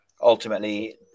ultimately